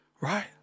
right